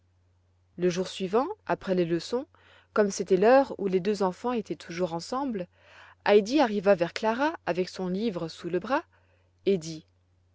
le jour suivant après les leçons comme c'était l'heure où les deux enfants étaient toujours ensemble heidi arriva vers clara avec son livre sous le bras et